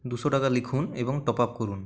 দুশো টাকা লিখুন এবং টপ আপ করুন